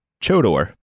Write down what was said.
Chodor